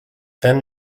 then